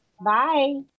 Bye